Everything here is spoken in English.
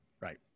Right